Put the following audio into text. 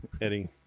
eddie